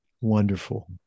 Wonderful